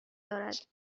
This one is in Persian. دارد